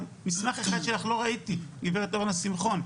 מסמך אחד שלך אני לא ראיתי גברת אורנה שמחון.